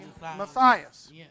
Matthias